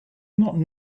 not